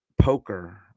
poker